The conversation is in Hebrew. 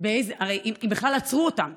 אם בכלל עצרו אותם.